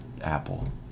Apple